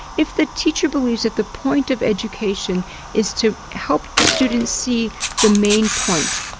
if the teacher believes that the point of education is to help students see the main point,